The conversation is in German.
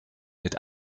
mit